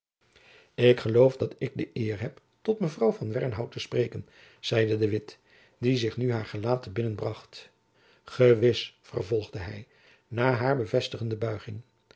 ik geloof dat ik de eer heb tot mevrouw van wernhout te spreken zeide de witt die zich nu haar gelaat te binnen bracht gewis vervolgde hy na haar bevestigende buiging